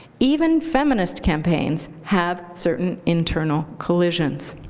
even feminist campaigns have certain internal collisions.